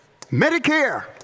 Medicare